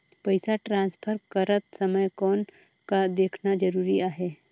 पइसा ट्रांसफर करत समय कौन का देखना ज़रूरी आहे?